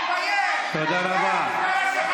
בושה לכם.